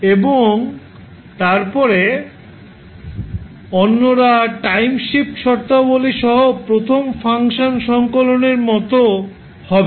এবং তারপরে অন্যরা টাইম শিফট শর্তাবলী সহ প্রথম ফাংশন সংকলনের মতো হবে